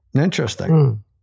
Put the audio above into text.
Interesting